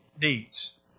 deeds